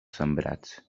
sembrats